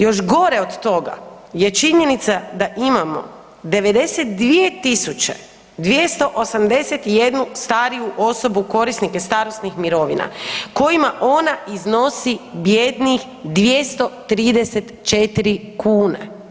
Još gore od toga je činjenica da imamo 92 281 stariju osobu, korisnike starosnih mirovina kojima ona iznosi bijednih 234 kune.